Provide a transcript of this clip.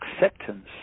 acceptance